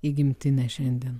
į gimtinę šiandien